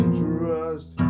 trust